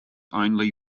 only